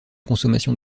consommation